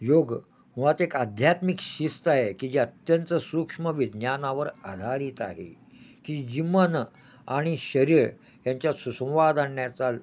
योग मुळात एक आध्यात्मिक शिस्त आहे की जी अत्यंत सूक्ष्म विज्ञानावर आधारित आहे की जी मन आणि शरीर यांच्यात सुसंवाद आणण्याचा